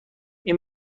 این